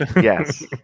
Yes